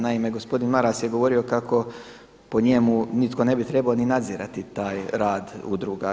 Naime, gospodin Maras je govorio kako po njemu nitko ne bi trebao ni nadzirati taj rad udruga.